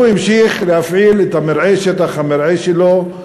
הוא המשיך להפעיל את שטח המרעה שלו.